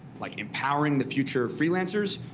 like empowering the future freelancers,